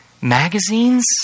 Magazines